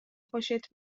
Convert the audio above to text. خوشت